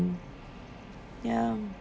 ya